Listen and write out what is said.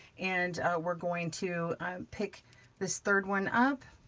and we're going to pick this third one up,